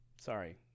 sorry